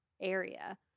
area